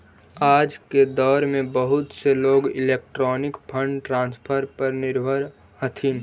आज के दौर में बहुत से लोग इलेक्ट्रॉनिक फंड ट्रांसफर पर निर्भर हथीन